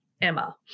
Emma